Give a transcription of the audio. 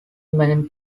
main